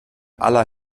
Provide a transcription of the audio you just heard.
aller